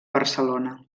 barcelona